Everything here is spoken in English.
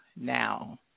Now